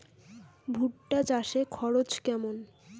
ভুট্টা চাষে খরচ কেমন?